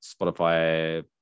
Spotify